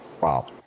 Wow